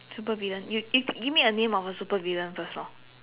supervillain you you give me a name of a supervillain first lor